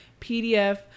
PDF